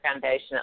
Foundation